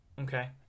Okay